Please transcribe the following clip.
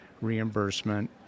reimbursement